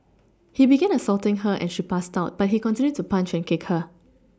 he began assaulting her and she passed out but he continued to punch and kick her